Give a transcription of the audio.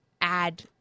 add